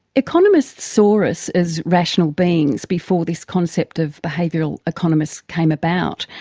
economists saw us as rational beings before this concept of behavioural economists came about.